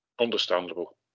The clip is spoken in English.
understandable